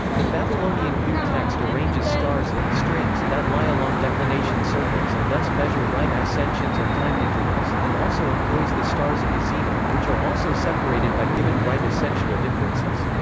the babylonian gu text arranges stars in strings that lie along declination circles and thus measure right-ascensions or time-intervals, and also employs the stars of the zenith, which are also separated by given right-ascensional differences.